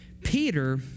Peter